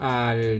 al